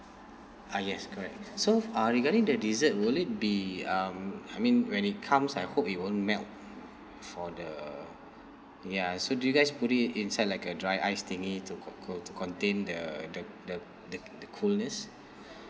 ah yes correct so uh regarding the dessert will it be um I mean when it comes I hope it won't melt for the ya so do you guys put it inside like a dry ice thingy to co~ co~ to contain the the the the the coolness